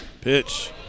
Pitch